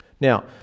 Now